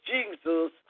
Jesus